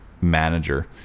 manager